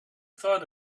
thought